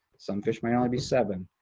some fish may only be seven.